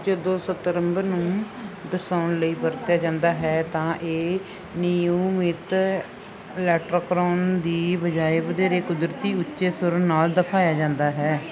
ਜਦੋਂ ਸੰਦਰਭ ਨੂੰ ਦਰਸਾਉਣ ਲਈ ਵਰਤਿਆ ਜਾਂਦਾ ਹੈ ਤਾਂ ਇਹ ਅਨਿਯਮਿਤ ਐਲੋਟੋਨ ਦੀ ਬਜਾਏ ਵਧੇਰੇ ਕੁਦਰਤੀ ਉੱਚੇ ਸੁਰ ਨਾਲ ਦਿਖਾਇਆ ਦਿੰਦਾ ਹੈ